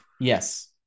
Yes